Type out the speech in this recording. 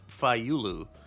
Fayulu